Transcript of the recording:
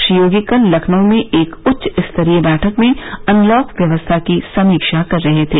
श्री योगी कल लखनऊ में एक उच्चस्तरीय बैठक में अनलॉक व्यवस्था की समीक्षा कर रहे थे